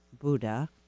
Buddha